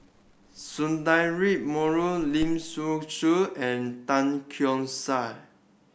Menon Lin Hsin Chu and Tan Keong Saik